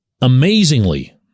Amazingly